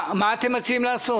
מציעים לעשות?